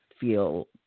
feel